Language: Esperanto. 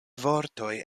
vortoj